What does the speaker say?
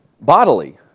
bodily